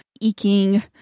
eking